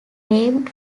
named